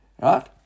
right